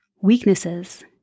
Weaknesses